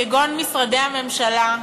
כגון משרדי הממשלה,